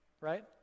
right